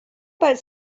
about